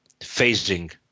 phasing